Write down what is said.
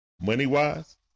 money-wise